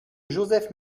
joseph